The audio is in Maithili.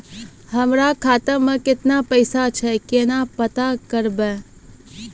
हमरा खाता मे केतना पैसा छै, केना पता करबै?